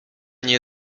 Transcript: nie